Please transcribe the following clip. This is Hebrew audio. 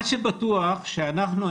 מה שבטוח שאנחנו,